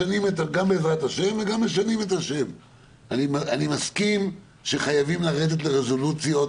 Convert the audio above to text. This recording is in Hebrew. אני מסכים שחייבים לרדת לרזולוציות